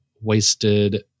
wasted